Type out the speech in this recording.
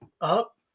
up